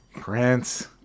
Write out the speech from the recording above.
Prince